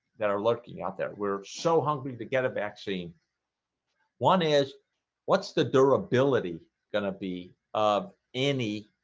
that are lurking out there. we're so hungry to get a vaccine one is what's the durability gonna be of any?